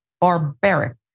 Barbaric